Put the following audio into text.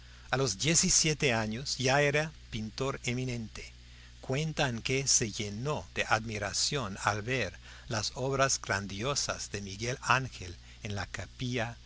a los diecisiete años ya era pintor eminente cuentan que se llenó de admiración al ver las obras grandiosas de miguel ángel en la capilla